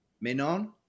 Menon